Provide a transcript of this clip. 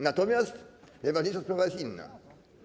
Natomiast najważniejsza sprawa jest inna.